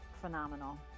phenomenal